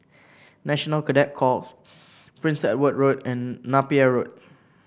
National Cadet Corps Prince Edward Road and Napier Road